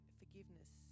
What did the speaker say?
forgiveness